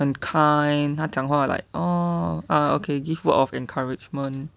很 kind 他讲话 like oh ah okay give word of encouragement